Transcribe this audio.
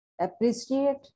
Appreciate